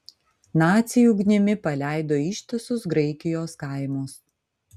naciai ugnimi paleido ištisus graikijos kaimus